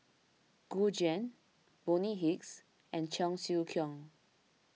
Gu Juan Bonny Hicks and Cheong Siew Keong